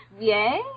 Yay